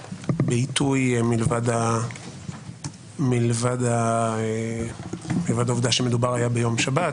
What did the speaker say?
בעיתוי שמלבד העובדה שהיה מדובר ביום שבת,